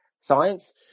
science